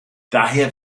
daher